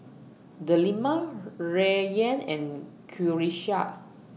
Delima Rayyan and Qalisha